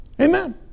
Amen